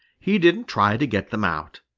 he didn't try to get them out.